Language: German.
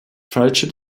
falsche